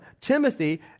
Timothy